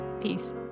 peace